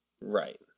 Right